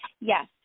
Yes